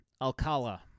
Alcala